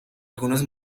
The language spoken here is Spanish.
algunos